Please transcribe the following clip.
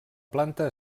planta